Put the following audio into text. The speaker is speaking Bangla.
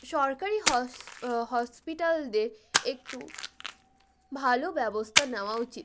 সরকারী হস হসপিটালদের একটু ভালো ব্যবস্থা নেওয়া উচিত